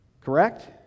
Correct